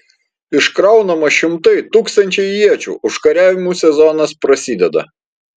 iškraunama šimtai tūkstančiai iečių užkariavimų sezonas prasideda